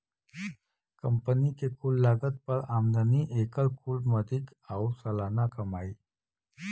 company के कुल लागत पर आमदनी, एकर कुल मदिक आउर सालाना कमाई